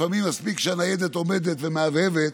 לפעמים מספיק שהניידת עומדת ומהבהבת,